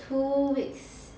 two weeks